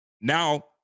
Now